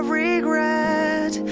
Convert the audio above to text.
regret